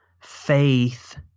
faith